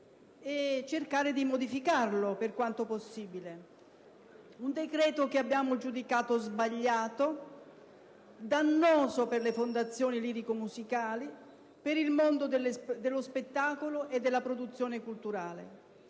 e cercare di modificarlo per quanto possibile. Si tratta di un provvedimento che abbiamo giudicato sbagliato, dannoso per le fondazioni lirico-musicali, per il mondo dello spettacolo e della produzione culturale.